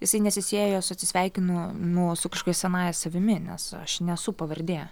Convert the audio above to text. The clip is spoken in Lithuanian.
jisai nesisiejo su atsisveikinu nu su kažkokia senąja savimi nes aš nesu pavardė